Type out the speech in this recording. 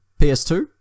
PS2